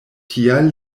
tial